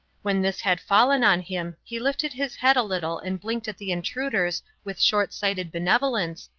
when this had fallen on him he lifted his head a little and blinked at the intruders with short-sighted benevolence,